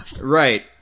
Right